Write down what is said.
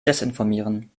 desinformieren